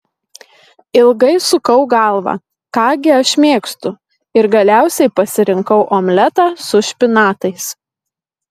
ilgai sukau galvą ką gi aš mėgstu ir galiausiai pasirinkau omletą su špinatais